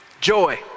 joy